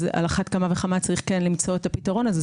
אז על אחת כמה וכמה צריך כן למצוא את הפתרון הזה.